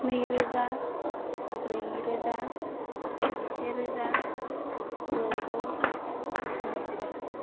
नैरोजा ब्रैरोजा जिसेरोजा दजौ स्निजिबा